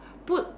put